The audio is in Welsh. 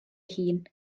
hun